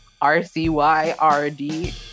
R-C-Y-R-D